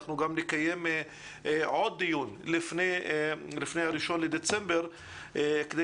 אנחנו גם נקיים עוד דיון לפני ה-1 בדצמבר כדי